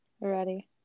Ready